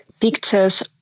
pictures